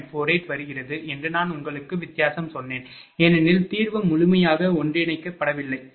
48 வருகிறது என்று நான் உங்களுக்கு வித்தியாசம் சொன்னேன் ஏனெனில் தீர்வு முழுமையாக ஒன்றிணைக்கப்படவில்லை சரி